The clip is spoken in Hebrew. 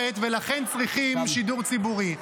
שאין שוק תקשורת ולכן צריכים שידור ציבורי.